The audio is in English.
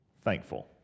Thankful